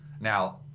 Now